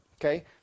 okay